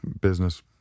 business